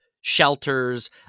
shelters